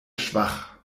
schwach